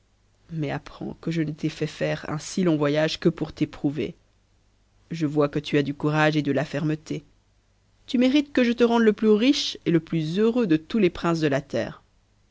mais apprends que je ne t'ai fait faire un si long voyage que pour t'éprouver je vois que tu as du courage et de la fermeté tu mérites que je te rende le plus riche et le plus heureux de tous les princes de la terre